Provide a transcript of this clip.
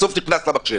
בסוף נכנס למחשב.